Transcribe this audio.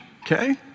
Okay